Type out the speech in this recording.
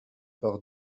par